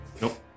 Nope